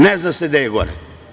Ne zna se gde je gore.